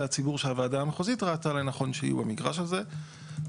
הציבור שהוועדה המחוזית ראתה לנכון שיהיו במגרש הזה.